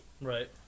Right